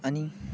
अनि